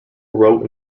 wrote